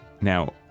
Now